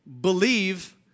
believe